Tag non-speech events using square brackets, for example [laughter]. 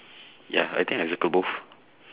[breath] ya I think I circle both